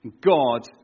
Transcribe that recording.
God